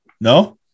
No